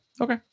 Okay